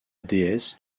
déesse